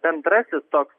bendrasis toks